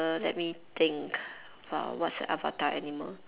err let me think uh what's the avatar animal